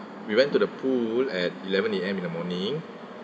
we went to the pool at eleven A_M in the morning